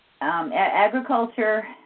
Agriculture